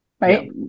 right